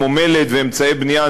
כמו מלט ואמצעי בנייה,